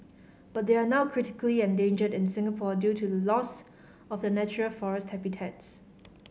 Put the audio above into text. but they are now critically endangered in Singapore due to the loss of the natural forest habitats